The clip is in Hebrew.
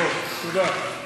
טוב, תודה.